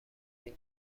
این